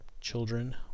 children